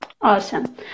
awesome